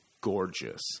gorgeous